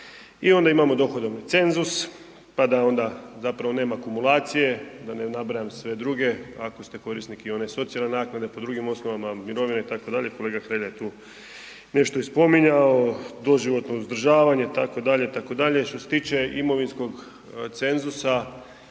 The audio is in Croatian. I onda imamo dohodovni cenzus, pa da onda zapravo nema kumulacije, da ne nabrajam sve druge, ako ste korisnik i one socijalne naknade, po drugim osnovama, mirovine, itd., kolega Hrelja je tu nešto i spominjao, doživotno uzdržavanje, tako dalje, tako dalje. Što se tiče imovinskog cenzusa,